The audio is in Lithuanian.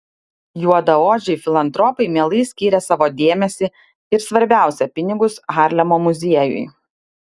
juodaodžiai filantropai mielai skyrė savo dėmesį ir svarbiausia pinigus harlemo muziejui